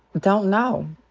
don't know.